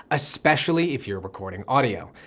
especially if you're recording audio.